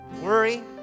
Worry